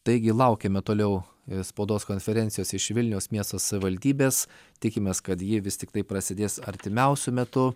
taigi laukiame toliau spaudos konferencijos iš vilniaus miesto savivaldybės tikimės kad ji vis tiktai prasidės artimiausiu metu